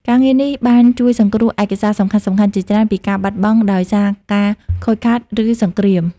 ការងារនេះបានជួយសង្គ្រោះឯកសារសំខាន់ៗជាច្រើនពីការបាត់បង់ដោយសារការខូចខាត ឬសង្គ្រាម។